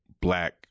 black